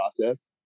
process